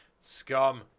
scum